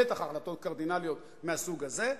בטח החלטות קרדינליות מהסוג הזה,